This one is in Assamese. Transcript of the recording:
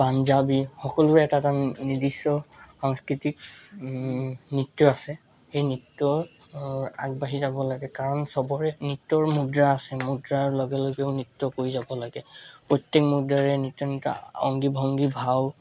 পাঞ্জাৱী সকলোৰে এটা এটা নিৰ্দিষ্ট সংস্কৃতিক নৃত্য আছে সেই নৃত্যৰ আগবাঢ়ি যাব লাগে কাৰণ সবৰে নৃত্যৰ মুদ্ৰা আছে মুদ্ৰাৰ লগে লগেও নৃত্য কৰি যাব লাগে প্ৰত্যেক মুদ্ৰাৰে অংগী ভংগী ভাও